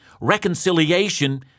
reconciliation